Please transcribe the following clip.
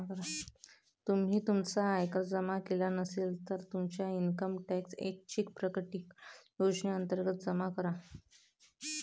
तुम्ही तुमचा आयकर जमा केला नसेल, तर तुमचा इन्कम टॅक्स ऐच्छिक प्रकटीकरण योजनेअंतर्गत जमा करा